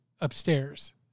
upstairs